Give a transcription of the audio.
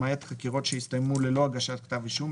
למעט חקירות שהסתיימו ללא הגשת כתב אישום,